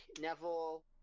Neville